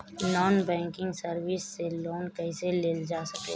Non banking service से loan कैसे लेल जा ले?